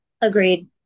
Agreed